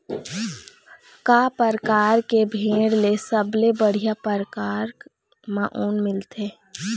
का परकार के भेड़ ले सबले बढ़िया परकार म ऊन मिलथे?